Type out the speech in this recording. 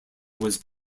was